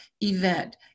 event